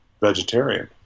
vegetarian